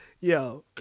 Yo